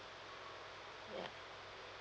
ya